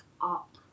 up